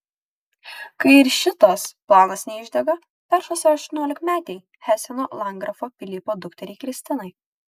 kai ir šitas planas neišdega peršasi aštuoniolikmetei heseno landgrafo pilypo dukteriai kristinai